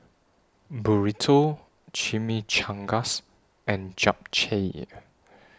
Burrito Chimichangas and Japchae